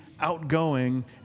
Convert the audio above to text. outgoing